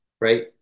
right